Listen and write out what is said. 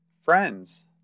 Friends